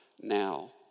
now